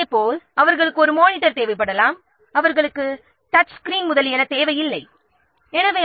இதேபோல் அவர்களுக்கு ஒரு மானிட்டர் தேவைப்படலாம் ஆனால் டச் சிகிரீன் முதலியன தேவைபடாது